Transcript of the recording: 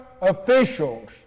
officials